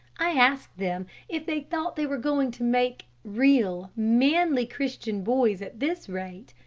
i asked them if they thought they were going to make real, manly christian boys at this rate,